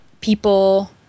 people